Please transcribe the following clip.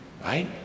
Right